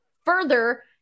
further